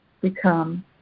become